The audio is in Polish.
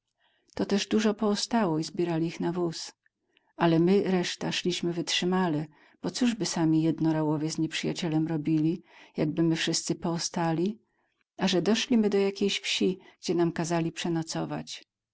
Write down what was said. to też dużo poostało i zbierali ich na wóz ale my reszta szliśmy wytrzymałe bo cóżby sami jednorałowie z nieprzyjacielem robili jakby my wszyscy poostali aże doszli my do jakiejś wsi gdzie nam kazali przenocować